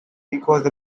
because